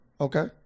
Okay